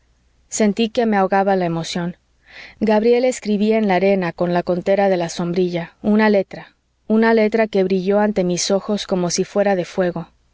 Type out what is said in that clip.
sentí que me ahogaba la emoción gabriela escribía en la arena con la contera de la sombrilla una letra una letra que brilló ante mis ojos como si fuera de fuego